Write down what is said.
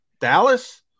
Dallas